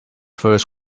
first